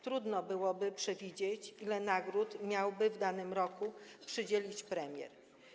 Trudno byłoby przewidzieć, ile nagród miałby w danym roku przydzielić premier.